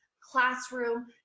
classroom